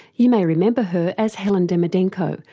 you may remember her as helen demidenko,